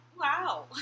Wow